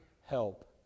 help